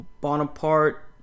Bonaparte